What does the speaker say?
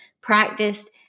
practiced